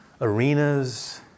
arenas